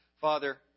Father